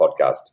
podcast